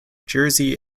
jersey